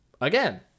again